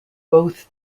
both